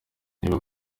niba